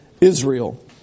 Israel